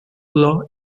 law